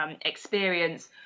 experience